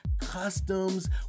customs